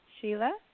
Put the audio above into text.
Sheila